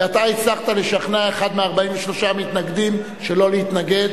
ואתה הצלחת לשכנע אחד מ-43 מתנגדים שלא להתנגד.